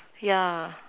yeah